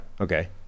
okay